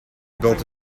built